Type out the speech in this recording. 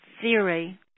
theory